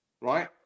right